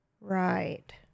Right